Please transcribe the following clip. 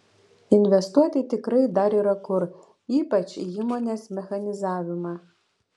investuoti tikrai dar yra kur ypač į įmonės mechanizavimą